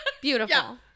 beautiful